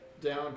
down